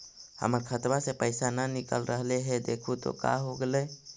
हमर खतवा से पैसा न निकल रहले हे देखु तो का होगेले?